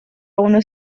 unos